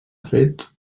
fet